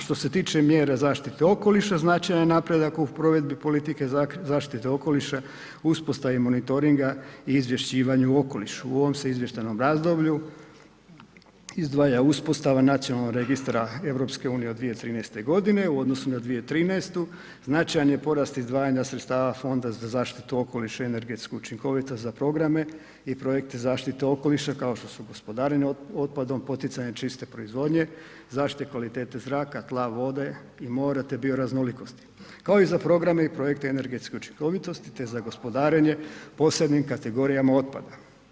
Što se tiče mjere zaštite okoliša, značajan je napredak u provedbi politike zaštite okoliša o uspostavi monitoringa i izvješćivanju o okolišu, u ovom se izvještajnom razdoblju izdvaja uspostava nacionalnog registra EU od 2013.g., u odnosu na 2013. značajan je porast izdvajanja sredstava Fonda za zaštitu okoliša i energetsku učinkovitost za programe i projekte zaštite okoliša kao što su gospodarenje otpadom, poticanje čiste proizvodnje, zaštite kvalitete zraka, tla, vode i mora, te bio raznolikosti, kao i za programe i projekte energetske učinkovitosti, te za gospodarenje posebnim kategorijama otpada.